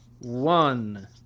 One